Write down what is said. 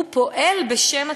הוא פועל בשם הציבור.